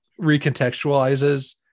recontextualizes